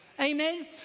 Amen